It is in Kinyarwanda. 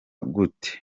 gute